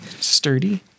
Sturdy